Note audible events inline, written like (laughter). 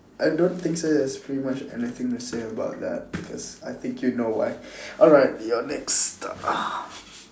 I don't think so there's pretty much anything to say about that because I think you know why alright ya next (noise)